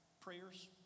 prayers